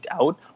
out